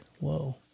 Whoa